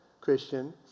Christian